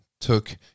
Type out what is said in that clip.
took